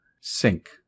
Sink